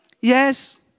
Yes